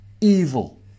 evil